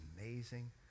amazing